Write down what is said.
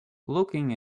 looking